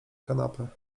kanapę